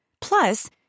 Plus